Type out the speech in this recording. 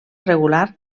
regular